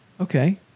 Okay